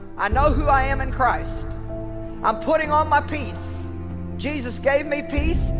i know who i am in christ i'm putting on my peace jesus gave me peace.